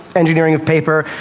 engineering of paper.